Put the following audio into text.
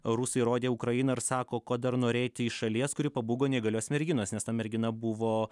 rusai rodė ukrainą ir sako ko dar norėti iš šalies kuri pabūgo neįgalios merginos nes ta mergina buvo